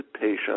patients